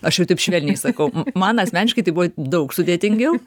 aš jau taip švelniai sakau man asmeniškai tai buvo daug sudėtingiau